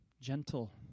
gentle